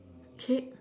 cape